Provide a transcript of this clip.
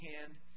hand